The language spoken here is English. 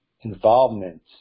involvement